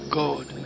god